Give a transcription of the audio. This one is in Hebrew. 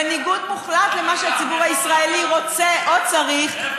בניגוד מוחלט למה שהציבור הישראלי רוצה או צריך,